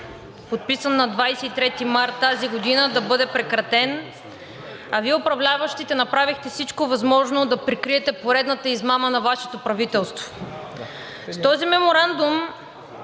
подписан на 23 март тази година (ръкопляскания и смях), да бъде прекратен, а Вие управляващите направихте всичко възможно да прикриете поредната измама на Вашето правителство. С този меморандум